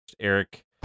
Eric